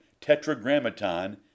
tetragrammaton